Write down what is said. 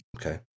Okay